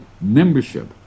membership